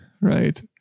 Right